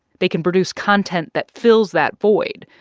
they can produce content that fills that void,